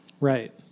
Right